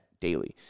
daily